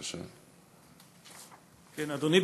אדוני,